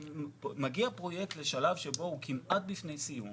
מגיע פרויקט לשלב שבו הוא כמעט לפני סיום.